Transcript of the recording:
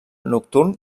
nocturn